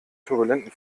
turbulenten